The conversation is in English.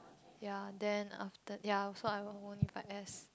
ya then after ya so I won't won't invite S